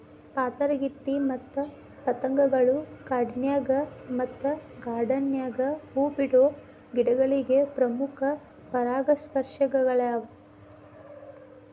ಪಾತರಗಿತ್ತಿ ಮತ್ತ ಪತಂಗಗಳು ಕಾಡಿನ್ಯಾಗ ಮತ್ತ ಗಾರ್ಡಾನ್ ನ್ಯಾಗ ಹೂ ಬಿಡೋ ಗಿಡಗಳಿಗೆ ಪ್ರಮುಖ ಪರಾಗಸ್ಪರ್ಶಕಗಳ್ಯಾವ